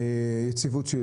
יציבות?